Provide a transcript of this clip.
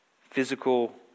physical